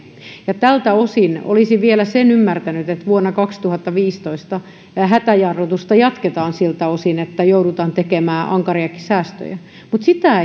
tältä osin olisin vielä sen ymmärtänyt että vuonna kaksituhattaviisitoista hätäjarrutusta jatkettiin siltä osin että jouduttiin tekemään ankariakin säästöjä mutta sitä